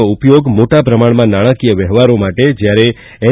નો ઉપયોગ મોટા પ્રમાણમાં નાણાંકીય વ્યવહારો માટે જ્યારે એન